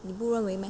你不认为 meh